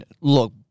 look